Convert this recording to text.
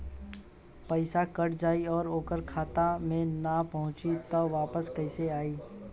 पईसा कट जाई और ओकर खाता मे ना पहुंची त वापस कैसे आई?